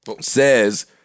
Says